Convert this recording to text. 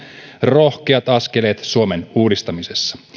rohkeat askeleet suomen uudistamisessa